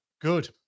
Good